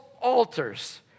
altars